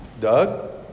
Doug